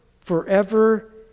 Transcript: forever